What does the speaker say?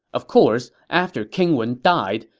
of course, after king wen died,